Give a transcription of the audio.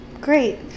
Great